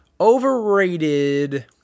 Overrated